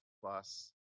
plus